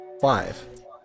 five